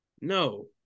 No